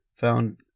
found